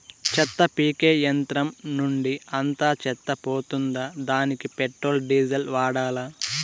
చెత్త పీకే యంత్రం నుండి అంతా చెత్త పోతుందా? దానికీ పెట్రోల్, డీజిల్ వాడాలా?